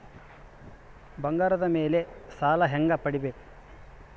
ಬಂಗಾರದ ಮೇಲೆ ಸಾಲ ಹೆಂಗ ಪಡಿಬೇಕು?